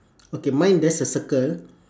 okay mine there's a circle